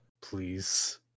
Please